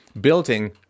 building